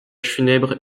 funèbre